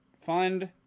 find